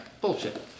bullshit